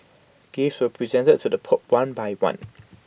gifts were presented to the pope one by one